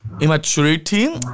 immaturity